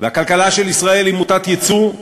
והכלכלה של ישראל היא מוטת ייצוא,